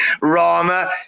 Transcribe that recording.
Rama